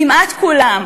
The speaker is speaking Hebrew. כמעט כולן.